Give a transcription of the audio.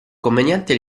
conveniente